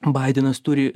baidenas turi